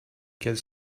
qu’elle